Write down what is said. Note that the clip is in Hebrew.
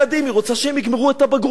היא רוצה שהם יגמרו את הבגרות פה.